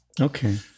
Okay